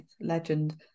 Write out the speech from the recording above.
legend